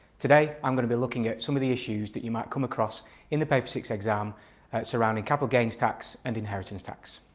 today i'm going to be looking at some of the issues that you might come across in the p six exam surrounding capital gains tax and inheritance tax.